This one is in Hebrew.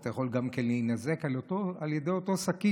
אתה יכול גם כן להינזק על ידי אותו סכין,